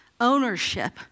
ownership